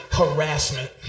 harassment